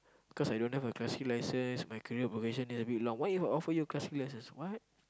cause I don't have a class C license my career provision is a bit long why you offer you a class C license